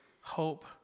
hope